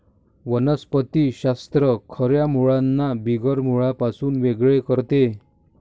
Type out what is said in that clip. वनस्पति शास्त्र खऱ्या मुळांना बिगर मुळांपासून वेगळे करते